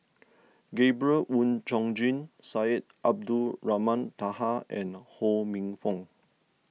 Gabriel Oon Chong Jin Syed Abdulrahman Taha and Ho Minfong